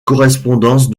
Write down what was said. correspondance